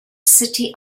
city